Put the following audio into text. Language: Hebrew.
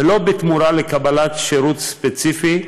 ולא בתמורה לקבלת שירות ספציפי,